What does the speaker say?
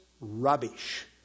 rubbish